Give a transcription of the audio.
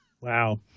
Wow